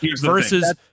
versus